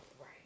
Right